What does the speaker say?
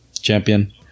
champion